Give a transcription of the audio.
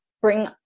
bring